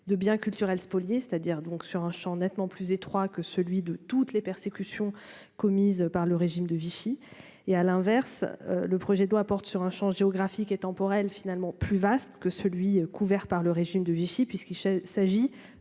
de biens culturels spoliés, c'est-à-dire donc sur un champ nettement plus étroit que celui de toutes les persécutions commises par le régime de Vichy et à l'inverse, le projet de loi porte sur un Champ géographique et temporelle finalement plus vaste que celui couvert par le régime de Vichy, puisqu'il s'agit